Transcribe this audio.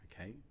okay